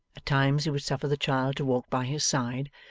at times he would suffer the child to walk by his side,